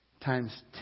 times